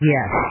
Yes